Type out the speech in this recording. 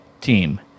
team